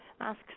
Ask